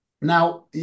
Now